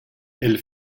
elle